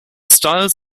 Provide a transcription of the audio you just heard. styles